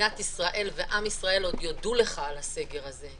מדינת ישראל ועם ישראל עוד יודו לך על הסגר הזה,